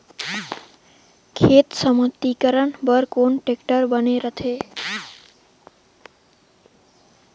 खेत समतलीकरण बर कौन टेक्टर बने रथे?